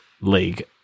league